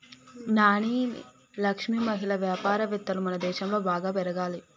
నాని లక్ష్మి మహిళా వ్యాపారవేత్తలు మనదేశంలో బాగా పెరగాలి